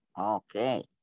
Okay